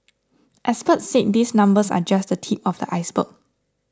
experts said these numbers are just the tip of the iceberg